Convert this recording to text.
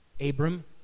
Abram